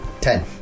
Ten